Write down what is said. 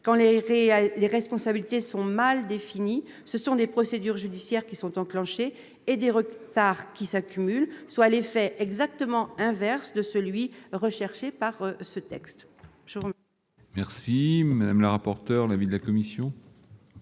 Quand les responsabilités sont mal définies, ce sont des procédures judiciaires qui sont enclenchées et des retards qui s'accumulent, soit l'effet exactement inverse de celui qui est recherché avec ce texte. Quel est l'avis de la commission